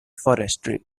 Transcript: forestry